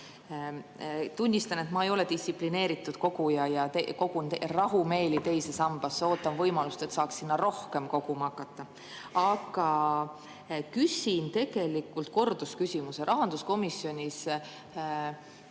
Tunnistan, et ma ei ole distsiplineeritud koguja ja kogun rahumeeli teise sambasse. Ootan võimalust, et saaks sinna rohkem koguma hakata. Aga küsin tegelikult kordusküsimuse. Rahanduskomisjonis